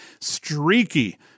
Streaky